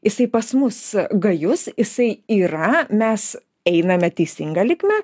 jisai pas mus gajus jisai yra mes einame teisinga linkme